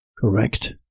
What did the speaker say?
Correct